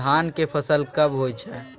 धान के फसल कब होय छै?